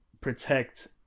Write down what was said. protect